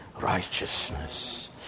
Righteousness